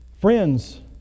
Friends